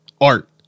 art